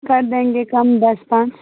کر دیں گے کم دس پانچ